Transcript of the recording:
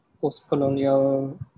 post-colonial